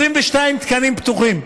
22 תקנים פתוחים,